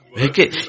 Okay